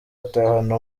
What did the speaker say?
atahana